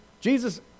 Jesus